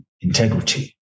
integrity